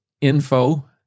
info